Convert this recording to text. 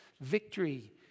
victory